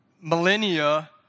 millennia